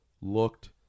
looked